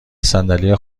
صندلی